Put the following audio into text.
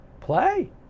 play